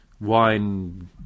wine